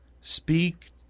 speak